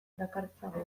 dakartzagu